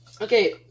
okay